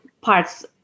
parts